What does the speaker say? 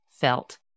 felt